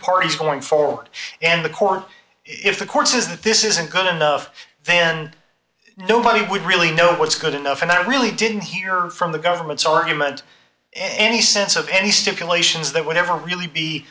parties going forward d and the court if the court says that this isn't good enough then nobody would really know what's good enough and i really didn't hear from the government's argument any sense of any stipulations that would ever really be